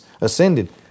ascended